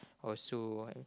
also